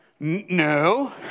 No